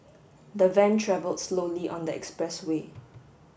the van travel slowly on the expressway